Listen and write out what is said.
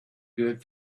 good